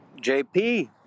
JP